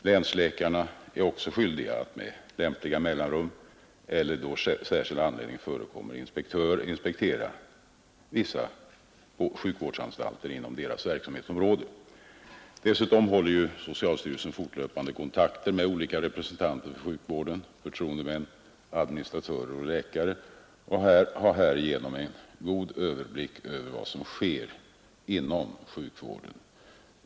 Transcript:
Länsläkarna är också skyldiga att med lämpliga mellanrum eller då särskild anledning förekommer inspektera vissa sjukvårdsanstalter inom sina verksamhetsområden, Dessutom håller socialstyrelsen fortlöpande kontakter med olika representanter för sjukvården — förtroendemän, administratörer och läkare — och har härigenom en god överblick över vad som sker inom sjukvården.